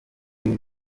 bwe